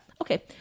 Okay